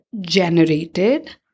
generated